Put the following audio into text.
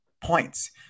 points